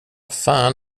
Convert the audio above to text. fan